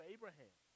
Abraham